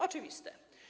Oczywiste.